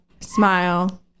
smile